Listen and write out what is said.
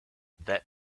that